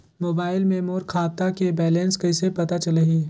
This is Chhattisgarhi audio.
मोबाइल मे मोर खाता के बैलेंस कइसे पता चलही?